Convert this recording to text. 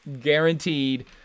guaranteed